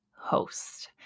host